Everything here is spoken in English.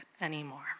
anymore